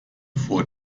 vor